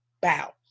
Bow